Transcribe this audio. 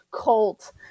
cult